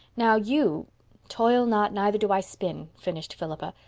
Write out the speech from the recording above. now, you toil not, neither do i spin, finished philippa.